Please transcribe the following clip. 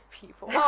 people